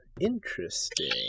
interesting